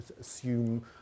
assume